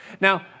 Now